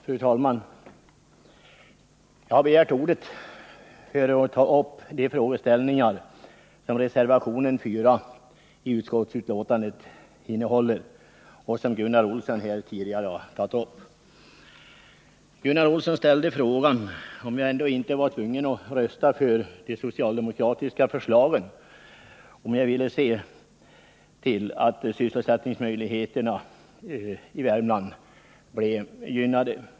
Fru talman! Jag har begärt ordet för att ta upp de frågeställningar som reservationen 4 till utskottsbetänkandet innehåller och som Gunnar Olsson här tidigare har tagit upp. Gunnar Olsson frågade om jag ändå inte var tvungen att rösta för de socialdemokratiska förslagen, ifall jag ville se till att sysselsättningen i Värmland blev gynnad.